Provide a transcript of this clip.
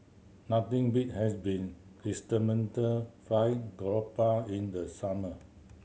nothing beat has been Chrysanthemum Fried Garoupa in the summer